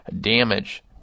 damage